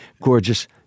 gorgeous